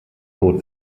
code